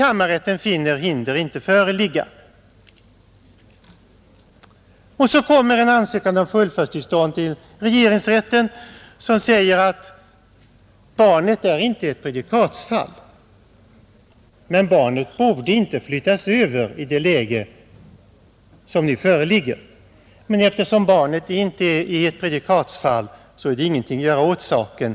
Kammarrätten finner emellertid hinder inte föreligga. Så kommer en ansökan om fullföljdstillstånd till regeringsrätten, som säger att barnet inte borde flyttas över i det läge som nu föreligger, men eftersom barnet inte är ett prejudikatsfall så finns ingenting att göra åt saken.